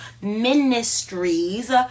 Ministries